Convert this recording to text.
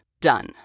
done